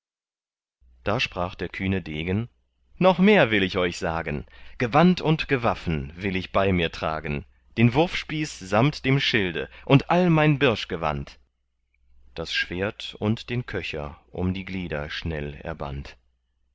da sprach der kühne degen noch mehr will ich euch sagen gewand und gewaffen will ich bei mir tragen den wurfspieß samt dem schilde und all mein birschgewand das schwert und den köcher um die glieder schnell